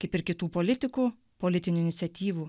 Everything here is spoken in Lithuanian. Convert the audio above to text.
kaip ir kitų politikų politinių iniciatyvų